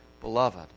Beloved